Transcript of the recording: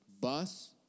bus